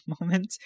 moment